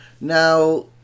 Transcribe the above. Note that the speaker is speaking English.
Now